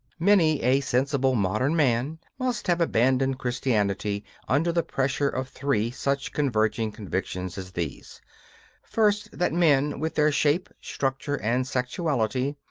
many a sensible modern man must have abandoned christianity under the pressure of three such converging convictions as these first, that men, with their shape, structure, and sexuality,